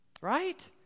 Right